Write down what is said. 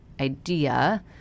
idea